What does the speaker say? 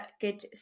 good